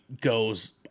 goes